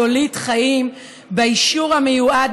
יוליד חיים באישור המיועד,